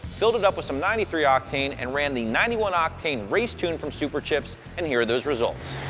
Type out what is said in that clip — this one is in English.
filled it up with some ninety three octane and ran the ninety one octane race tune from superchips, and here are those results.